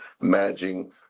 managing